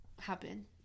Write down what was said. happen